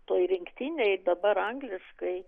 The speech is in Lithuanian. toj rinktinėj dabar angliškai